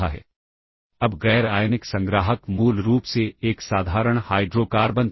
हम लोग इस पूरे कोड को फिर से ऑर्गेनाइज करेंगे